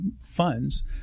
funds